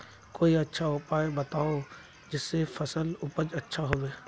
कोई अच्छा उपाय बताऊं जिससे फसल उपज अच्छा होबे